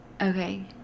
Okay